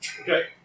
Okay